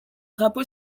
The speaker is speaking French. drapeau